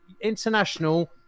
international